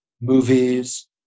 movies